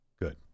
Good